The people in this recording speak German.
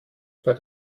bei